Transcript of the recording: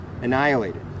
annihilated